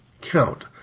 count